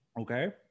Okay